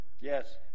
Yes